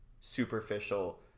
superficial